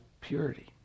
purity